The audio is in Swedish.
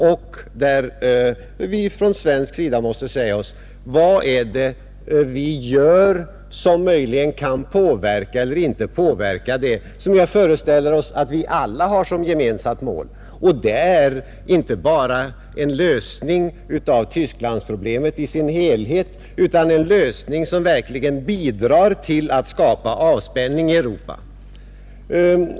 Vi måste från svensk sida fråga oss hur det vi gör möjligen kan påverka eller inte påverka möjligheterna att uppnå det som jag föreställer mig är ett för oss alla gemensamt mål, nämligen en lösning av Tysklandsproblemet, som verkligen bidrar till att skapa avspänning i Europa.